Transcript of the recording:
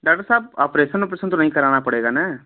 doctor साहब operation वपरेसन तो नहीं कराना पड़ेगा ना